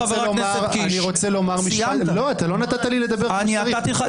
חבר הכנסת קיש, בבקשה.